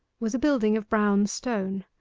was a building of brown stone,